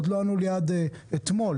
עד אתמול